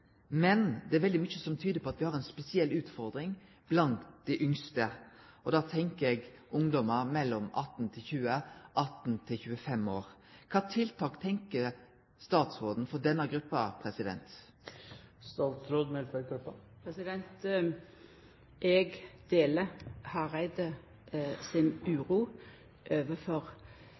veldig mykje som tyder på at me har ei spesiell utfordring blant dei yngste, og da tenkjer eg på ungdom mellom 18–20 og 18–25 år. Kva for tiltak tenkjer statsråden for denne gruppa? Eg deler Hareide si uro